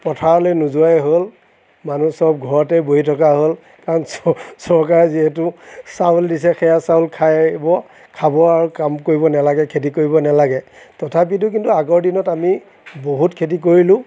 পথাৰলৈ নোযোৱাই হ'ল মানুহ চব ঘৰতে বহি থকা হ'ল কাৰণ চৰকাৰে যিহেতু চাউল দিছে সেয়া চাউল খাব খাব আৰু কাম কৰিব নালাগে খেতি কৰিব নালাগে তথাপিতো কিন্তু আগৰ দিনত আমি বহুত খেতি কৰিলোঁ